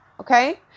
Okay